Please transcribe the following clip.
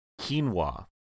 Quinoa